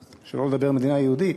שלא לדבר על מדינה יהודית.